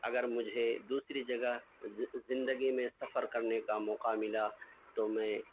اگر مجھے دوسری جگہ زندگی میں سفر کرنے کا موقع ملا تو میں